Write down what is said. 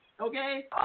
okay